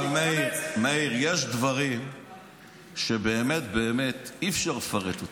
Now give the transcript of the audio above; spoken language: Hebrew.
אבל מאיר, יש דברים שבאמת באמת אי-אפשר לפרט אותם,